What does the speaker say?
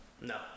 No